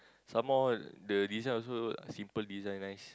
some more the design also simple design nice